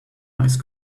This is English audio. ice